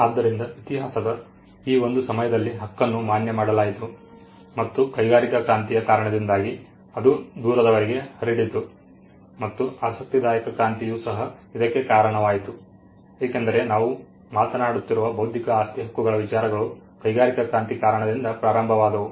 ಆದ್ದರಿಂದ ಇತಿಹಾಸದ ಈ ಒಂದು ಸಮಯದಲ್ಲಿ ಹಕ್ಕನ್ನು ಮಾನ್ಯ ಮಾಡಲಾಯಿತು ಮತ್ತು ಕೈಗಾರಿಕಾ ಕ್ರಾಂತಿಯ ಕಾರಣದಿಂದಾಗಿ ಅದು ದೂರದವರೆಗೆ ಹರಡಿತು ಮತ್ತು ಆಸಕ್ತಿದಾಯಕ ಕ್ರಾಂತಿಯೂ ಸಹ ಇದಕ್ಕೆ ಕಾರಣವಾಯಿತು ಏಕೆಂದರೆ ನಾವು ಮಾತನಾಡುತ್ತಿರುವ ಬೌದ್ಧಿಕ ಆಸ್ತಿ ಹಕ್ಕುಗಳ ವಿಚಾರಗಳು ಕೈಗಾರಿಕಾ ಕ್ರಾಂತಿ ಕಾರಣದಿಂದ ಪ್ರಾರಂಭವಾದವು